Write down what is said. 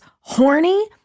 horny